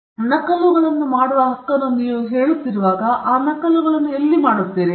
ಮತ್ತು ನಕಲುಗಳನ್ನು ಮಾಡುವ ಹಕ್ಕನ್ನು ನೀವು ಹೇಳುತ್ತಿರುವಾಗ ಆ ನಕಲುಗಳನ್ನು ಎಲ್ಲಿ ಮಾಡುತ್ತೀರಿ